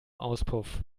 auspuff